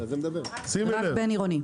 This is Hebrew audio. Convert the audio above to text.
רק בין עירוני.